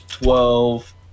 Twelve